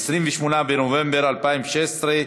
28 בנובמבר 2016,